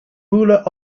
ruler